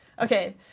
Okay